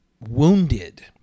wounded